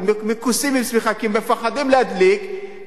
מכוסים בשמיכה כי הם מפחדים להדליק את התנור,